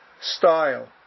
style